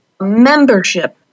Membership